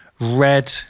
red